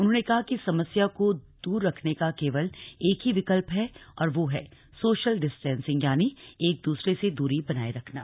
उन्होंने कहा कि इस समस्या को दूर रखने का केवल एक ही विकल्प है और वो है सोशल डिस्टेंसिंग यानि एकदूसरे से दूरी बनाये रखना